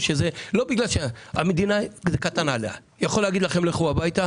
אני יכול לומר לכם לכו הביתה,